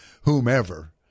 whomever